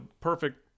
perfect